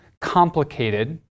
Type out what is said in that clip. complicated